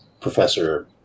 Professor